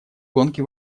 гонки